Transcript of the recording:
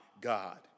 God